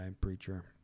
preacher